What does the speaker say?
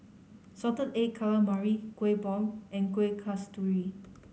Salted Egg Calamari Kueh Bom and Kueh Kasturi